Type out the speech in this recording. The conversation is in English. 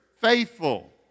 faithful